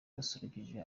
basusurukije